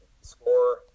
score